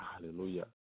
Hallelujah